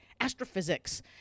astrophysics